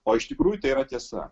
o iš tikrųjų tai yra tiesa